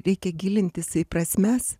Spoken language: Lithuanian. reikia gilintis į prasmes